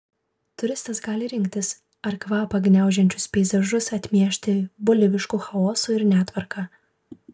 turistas gali rinktis ar kvapą gniaužiančius peizažus atmiešti bolivišku chaosu ir netvarka